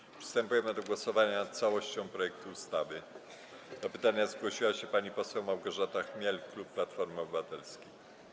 Przed przystąpieniem do głosowania nad całością projektu ustawy do pytania zgłosiła się pani poseł Małgorzata Chmiel, klub Platformy Obywatelskiej.